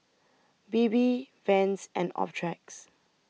Bebe Vans and Optrex